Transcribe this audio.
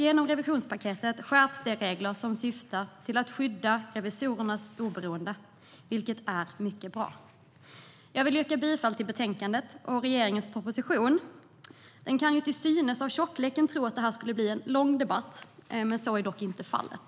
Genom revisionspaketet skärps de regler som syftar till att skydda revisorernas oberoende, vilket är mycket bra. Revisorer och revision Jag vill yrka bifall till utskottets förslag till beslut i betänkandet och till regeringens proposition. Med tanke på betänkandets tjocklek skulle man kunna tro att det här skulle bli en lång debatt, men så är inte fallet.